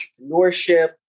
entrepreneurship